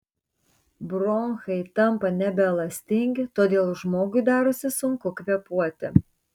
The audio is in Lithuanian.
bronchai tampa nebeelastingi todėl žmogui darosi sunku kvėpuoti